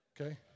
okay